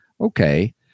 okay